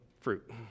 fruit